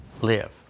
Live